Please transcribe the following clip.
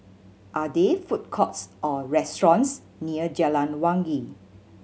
are there food courts or restaurants near Jalan Wangi